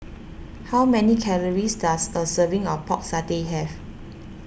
how many calories does a serving of Pork Satay have